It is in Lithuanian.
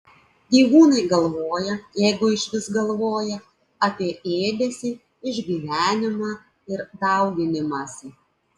gyvūnai galvoja jeigu išvis galvoja apie ėdesį išgyvenimą ir dauginimąsi